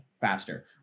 Faster